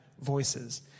voices